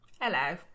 hello